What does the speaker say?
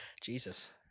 Jesus